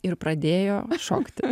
ir pradėjo šokti